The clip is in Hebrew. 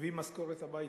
מביאים משכורת הביתה,